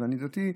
אני דתי,